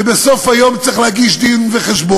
שבסוף היום צריך להגיש דין-וחשבון,